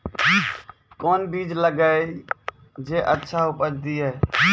कोंन बीज लगैय जे अच्छा उपज दिये?